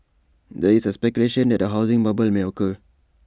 there is A speculation that A housing bubble may occur